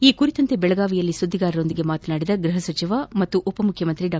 ಈ ಕುರಿತಂತೆ ಬೆಳಗಾವಿಯಲ್ಲಿ ಸುದ್ಗಿಗಾರರೊಂದಿಗೆ ಮಾತನಾಡಿದ ಗ್ರಹ ಸಚಿವ ಉಪಮುಖ್ಯಮಂತ್ರಿ ಡಾ